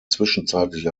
zwischenzeitlich